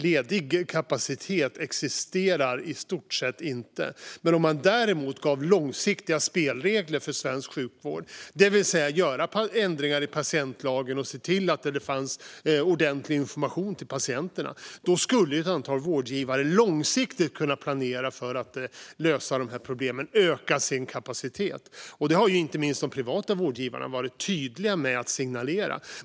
Ledig kapacitet existerar i stort sett inte. Om man däremot gav långsiktiga spelregler för svensk sjukvård genom att göra ändringar i patientlagen och se till att det finns ordentlig information till patienterna skulle ett antal vårdgivare långsiktigt kunna planera för att lösa de här problemen och öka sin kapacitet. Det har inte minst de privata vårdgivarna tydligt signalerat.